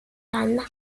rana